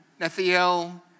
Nathiel